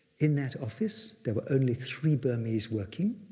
in that office, there were only three burmese working,